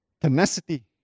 tenacity